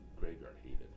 graveyard-hated